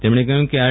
તેમણે કહ્યુ કે આર